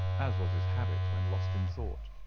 as was his habit when lost in thought.